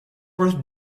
worth